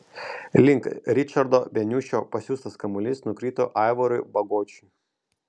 link ričardo beniušio pasiųstas kamuolys nukrito aivarui bagočiui